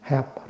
Help